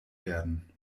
werden